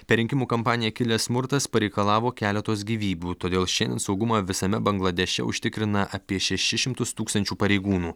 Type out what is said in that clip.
per rinkimų kampaniją kilęs smurtas pareikalavo keletos gyvybių todėl šiandien saugumą visame bangladeše užtikrina apie šešis šimtus tūkstančių pareigūnų